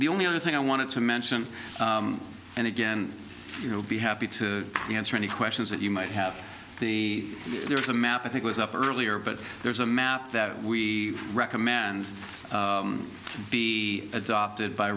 the only other thing i want to mention and again you know be happy to answer any questions that you might have the there's a map i think was up earlier but there's a map that we recommand be adopted by